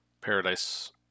Paradise